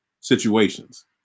situations